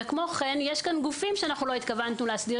וכמו כן יש כאן גופים שאנחנו לא התכוונו להסדיר